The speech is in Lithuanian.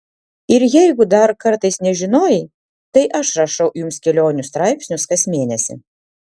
ir jeigu dar kartais nežinojai tai aš rašau jums kelionių straipsnius kas mėnesį